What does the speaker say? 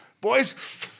boys